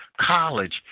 college